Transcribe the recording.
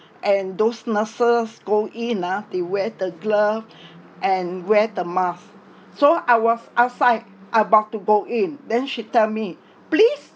and those nurses go in ah they wear the glove and wear the mask so I was outside about to go in then she tell me please